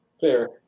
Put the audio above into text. Fair